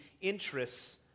interests